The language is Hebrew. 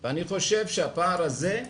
ואני חושב שהפער הזה,